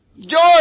George